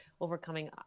overcoming